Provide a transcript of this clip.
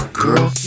girl